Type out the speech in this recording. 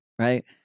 Right